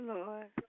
Lord